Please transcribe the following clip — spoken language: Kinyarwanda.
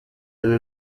danny